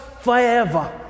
forever